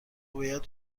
باید